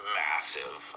massive